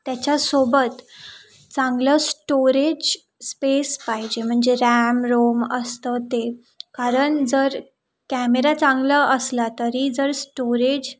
त्याच्यासोबत चांगलं storage space पाहिजे म्हणजे रॅम रोम असतं ते कारण जर कॅमेरा चांगला असला तरी जर स्टोरेज